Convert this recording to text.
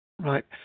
Right